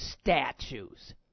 statues